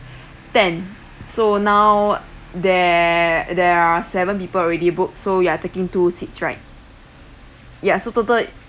ten so now there there are seven people already booked so you are taking two seats right ya so total